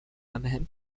وبهم